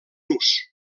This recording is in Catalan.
nus